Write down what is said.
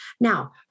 Now